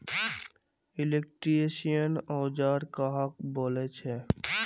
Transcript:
Electrician औजार कहाक बोले छे?